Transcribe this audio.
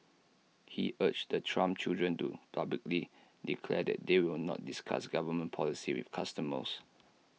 he urged the Trump children to publicly declare that they will not discuss government policy with customers